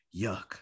yuck